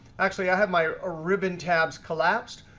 actually, i have my ah ribbon tabs collapsed.